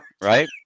right